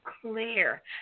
clear